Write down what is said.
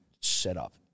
setup